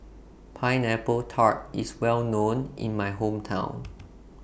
Pineapple Tart IS Well known in My Hometown